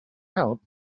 help